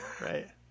right